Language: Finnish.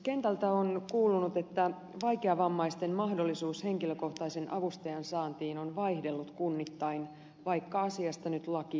kentältä on kuulunut että vaikeavammaisten mahdollisuus henkilökohtaisen avustajan saantiin on vaihdellut kunnittain vaikka asiasta nyt laki onkin